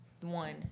one